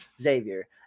Xavier